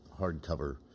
hardcover